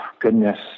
goodness